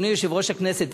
אדוני יושב-ראש הכנסת,